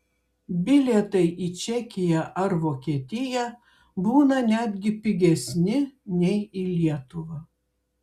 bilietai į čekiją ar vokietiją būna netgi pigesni nei į lietuvą